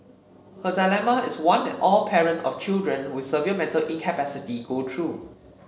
her dilemma is one that all parents of children with severe mental incapacity go through